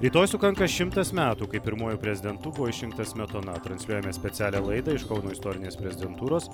rytoj sukanka šimtas metų kai pirmuoju prezidentu buvo išrinktas smetona transliuojame specialią laidą iš kauno istorinės prezidentūros